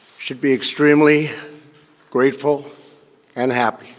should be extremely grateful and happy.